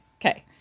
Okay